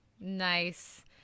Nice